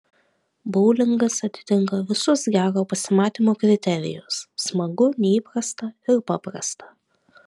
boulingas atitinka visus gero pasimatymo kriterijus smagu neįprasta ir paprasta